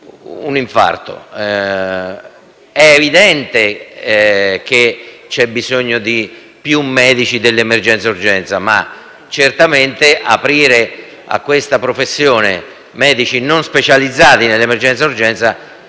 un infarto: è evidente il bisogno di avere più medici dell'emergenza-urgenza e certamente aprire questa professione a medici non specializzati nell'emergenza è una